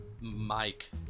Mike